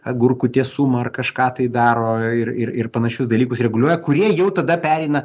agurkų tiesumą ar kažką tai daro ir ir ir panašius dalykus reguliuoja kurie jau tada pereina